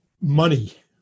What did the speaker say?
Money